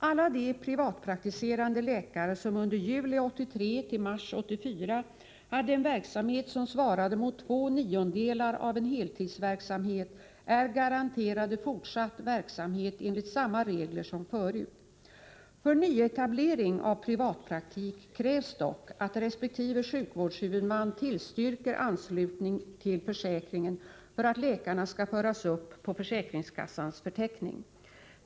Alla de privatpraktiserande läkare som under juli 1983—mars 1984 hade en verksamhet som svarade mot två niondelar av en heltidsverksamhet är garanterade fortsatt verksamhet enligt samma regler som förut. För nyetablering av privatpraktik krävs dock att resp. sjukvårdshuvudman tillstyrker anslutning till försäkringen för att läkarna skall föras upp på försäkringskassans förteckning.